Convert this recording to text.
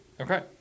Okay